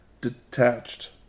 detached